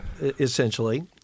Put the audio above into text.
essentially